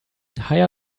higher